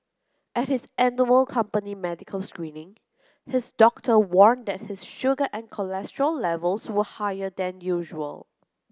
at his annual company medical screening his doctor warned that his sugar and cholesterol levels were higher than usual